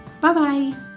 Bye-bye